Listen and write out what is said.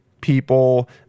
people